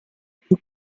più